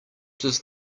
does